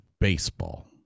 baseball